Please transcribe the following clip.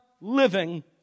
living